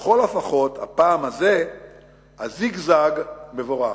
ולכל הפחות הפעם זהו זיגזג מבורך".